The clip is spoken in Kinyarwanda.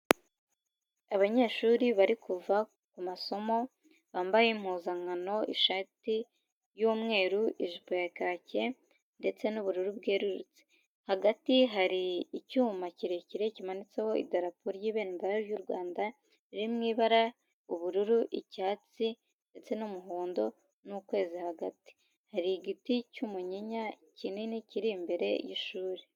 Abanyeshuri bari kuva ku masomo, bambaye impuzankano, ishati y'umweru, ijipo ya kake ndetse n'ubururu bwerurutse, hagati hari icyuma kirekire kimanitseho idarapo ry'ibendera ry'u Rwanda, riri mu ibara ubururu, icyatsi ndetse n'umuhondo n'ukwezi hagati, hari igiti cy'umunyinya kinini kiri imbere y'ishuri.